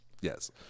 Yes